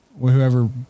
Whoever